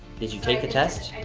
did you take the test?